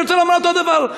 אני רוצה לומר אותו דבר,